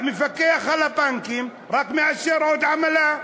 המפקח על הבנקים רק מאשר עוד עמלה,